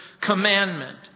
commandment